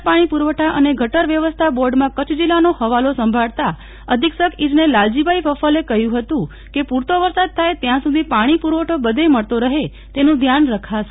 ગુજરાત પાણી પુરવઠા અને ગટર વ્યવસ્થા બોર્ડમાં કચ્છ જિલ્લાનો હવાલો સંભાળતા અધિક્ષક ઈજનેર લાલજીફાઈ ફફલે કહ્યું હતું કે પુરતો વરસાદ થાય ત્યાં સુધી પાણી પુરવઠો બધે મળતો રહે તેનું ધ્યાન રખાશે